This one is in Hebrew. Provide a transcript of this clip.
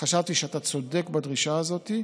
חשבתי שאתה צודק בדרישה הזאת,